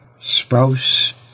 spouse